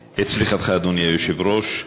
סליחתך, אדוני היושב-ראש.